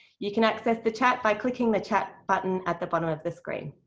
you can access the chat by clicking the chat button at the bottom of the screen.